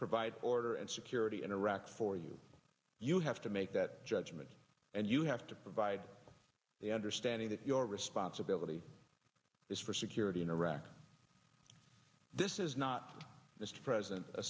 provide order and security in iraq for you you have to make that judgment and you have to provide the understanding that your responsibility is for security in iraq this is not mr president a